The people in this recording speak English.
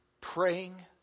praying